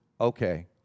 okay